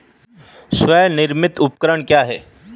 स्वनिर्मित उपकरण क्या है?